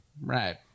Right